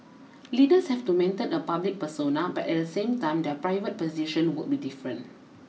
leaders have to maintain a public persona but at the same time their private position would be different